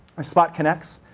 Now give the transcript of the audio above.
or spot connects.